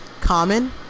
Common